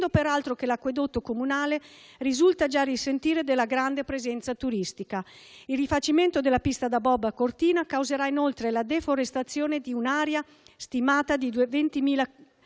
peraltro che l'acquedotto comunale risulta già risentire della grande presenza turistica. Il rifacimento della pista da bob a Cortina causerà inoltre la deforestazione di un'area stimata di 20.000